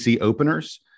openers